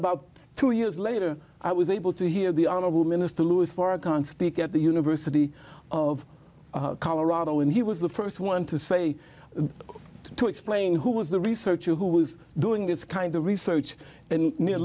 about two years later i was able to hear the honorable minister louis farrakhan speak at the university of colorado and he was the st one to say to explain who was the researcher who is doing this kind of research and near